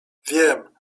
wiem